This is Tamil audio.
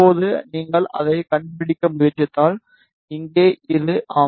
இப்போது நீங்கள் அதைக் கண்டுபிடிக்க முயற்சித்தால் இங்கே இது ஆம்